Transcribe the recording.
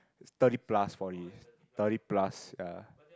thirty plus forty thirty plus ya